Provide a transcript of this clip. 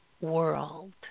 world –